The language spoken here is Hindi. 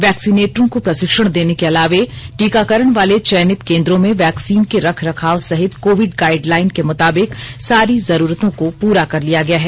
वैक्सिनेटरों को प्रशिक्षण देने के अलावे टीकाकरण वाले चयनित केंद्रों में वैक्सीन के रख रखाव सहित कोविड गाइड लाइन के मुताबिक सारी जरूरतों को पूरा कर लिया गया है